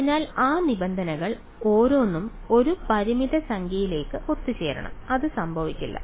അതിനാൽ ആ നിബന്ധനകൾ ഓരോന്നും ഒരു പരിമിത സംഖ്യയിലേക്ക് ഒത്തുചേരണം അത് സംഭവിക്കില്ല